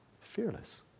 fearless